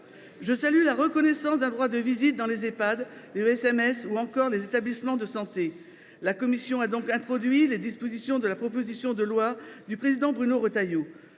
Je salue la reconnaissance d’un droit de visite dans les Ehpad, les ESSMS ou encore les établissements de santé. La commission a ainsi introduit dans le texte les dispositions de la proposition de loi du président Bruno Retailleau